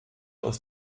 aus